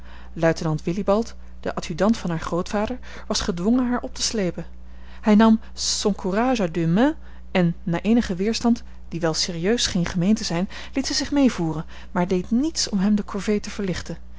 luitenant wilibald de adjudant van haar grootvader was gedwongen haar op te slepen hij nam son courage à deux mains en na eenigen weerstand die wel serieus scheen gemeend te zijn liet zij zich meevoeren maar deed niets om hem de corvée te verlichten